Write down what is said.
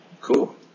Cool